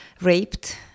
raped